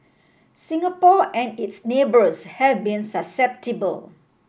Singapore and its neighbours have been susceptible